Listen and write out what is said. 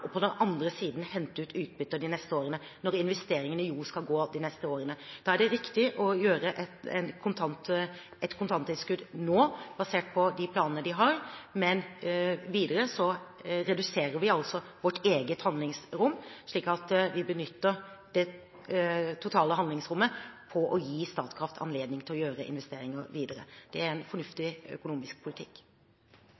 og på den andre siden hente ut utbytte de neste årene, når det jo skal gjøres investeringer de neste årene. Da er det riktig å gjøre et kontantinnskudd nå basert på de planene de har. Men videre reduserer vi altså vårt eget handlingsrom, slik at vi benytter det totale handlingsrommet til å gi Statkraft anledning til å gjøre investeringer videre. Det er en